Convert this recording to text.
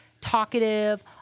talkative